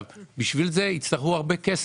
בשביל זה, יצטרכו הרבה כסף.